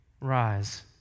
rise